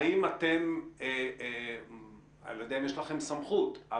אני מתכוון לחיסון נגד השפעת בקהילות האלה,